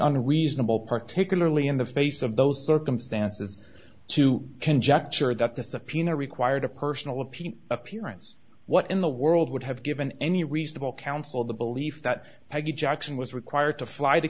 unreasonable particularly in the face of those circumstances to conjecture that the subpoena required a personal appeal appearance what in the world would have given any reasonable counsel the belief that peggy jackson was required to fly to